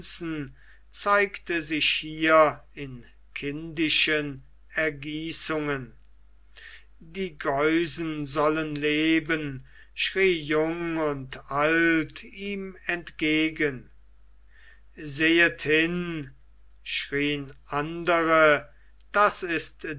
zeigte sich hier in kindischen ergießungen die geusen sollen leben schrie jung und alt ihm entgegen sehet hin schrieen andere das ist